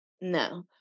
No